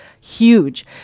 huge